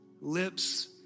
lips